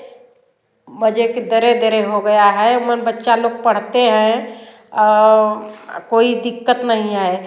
मजे के दरे दरे हो गया है मन बच्चा लोग पढ़ते हैं कोई दिक्कत नहीं है